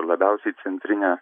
labiausiai centrinę